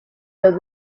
los